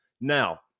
Now